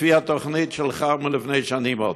לפי התוכנית שלך עוד מלפני שנים?